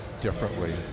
differently